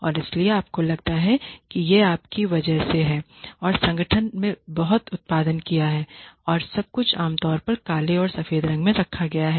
और इसलिए आपको लगता है कि यह आपकी वजह से है कि संगठन ने बहुत उत्पादन किया है और सब कुछ आमतौर पर काले और सफेद रंग में रखा गया है